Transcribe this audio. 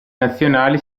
nazionali